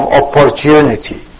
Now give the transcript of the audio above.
opportunity